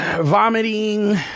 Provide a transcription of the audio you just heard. vomiting